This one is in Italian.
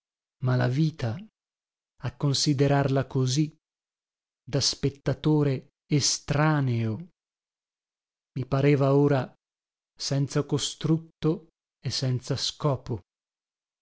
ma la vita a considerarla così da spettatore estraneo mi pareva ora senza costrutto e senza scopo